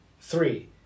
Three